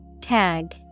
Tag